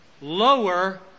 lower